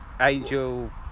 Angel